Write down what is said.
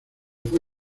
fue